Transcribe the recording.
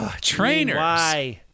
Trainers